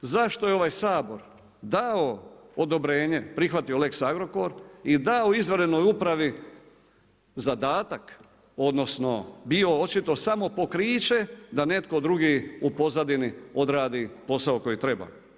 Zašto je ovaj Sabor dao odobrenje, prihvatio lex Agrokor i dao izvanrednoj upravi zadatak odnosno bio očito samo pokriće da netko drugi u pozadini odradi posao koji treba.